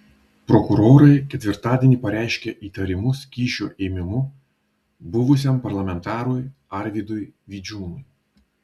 prokurorai ketvirtadienį pareiškė įtarimus kyšio ėmimu buvusiam parlamentarui arvydui vidžiūnui